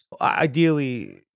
Ideally